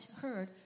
heard